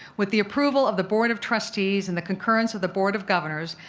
with the approval of the board of trustees and the concurrence of the board of governors,